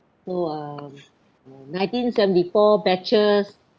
so um uh nineteen seventy four batches